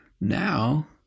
Now